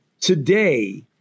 today